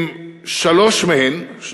עם שלוש מהן,